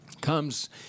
comes